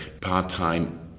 part-time